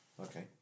Okay